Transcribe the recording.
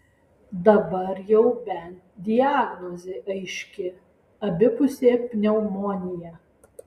dabar jau bent diagnozė aiški abipusė pneumonija